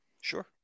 Sure